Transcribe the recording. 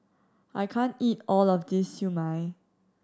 I can't eat all of this Siew Mai